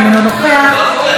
אינו נוכח,